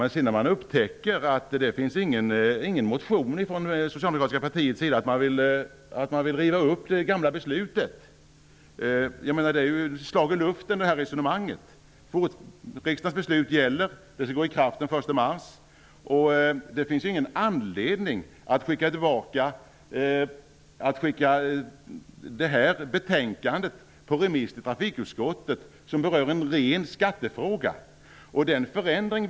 Men sedan visar det sig att det inte finns någon motion från det socialdemokratiska partiet om att de vill riva upp det gamla beslutet. Det här resonemanget är ju ett slag i luften. Riksdagens beslut gäller. Det skall träda i kraft den 1 mars. Det finns ingen anledning att skicka det här betänkandet på remiss till trafikutskottet. Det här betänkandet berör en ren skattefråga.